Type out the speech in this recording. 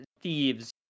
thieves